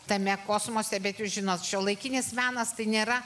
tame kosmose bet jūs žinot šiuolaikinis menas tai nėra